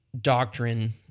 doctrine